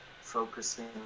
focusing